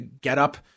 get-up